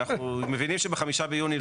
אנחנו מבינים שב-05 ביוני,